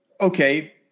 Okay